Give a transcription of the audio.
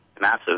massive